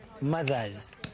mothers